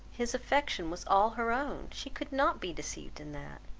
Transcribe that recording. his affection was all her own. she could not be deceived in that.